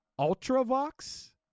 Ultravox